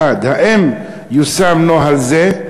1. האם יושם נוהל זה?